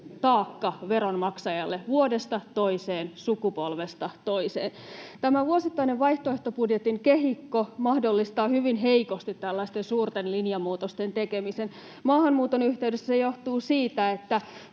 taakka veronmaksajalle vuodesta toiseen, sukupolvesta toiseen. Vuosittainen vaihtoehtobudjetin kehikko mahdollistaa hyvin heikosti tällaisten suurten linjamuutosten tekemisen. Maahanmuuton yhteydessä se johtuu siitä, että